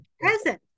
present